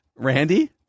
Randy